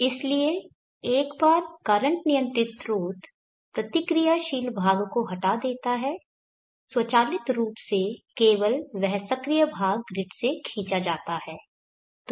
इसलिए एक बार करंट नियंत्रित स्रोत प्रतिक्रियाशील भाग को हटा देता है स्वचालित रूप से केवल वह सक्रिय भाग ग्रिड से खींचा जाता है